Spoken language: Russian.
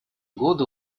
годы